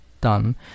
done